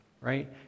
right